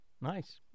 nice